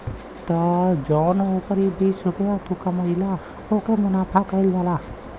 त जौन उपरी बीस रुपइया तू कमइला ओके मुनाफा कहल जाला